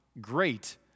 great